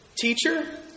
Teacher